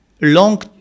long